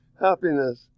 happiness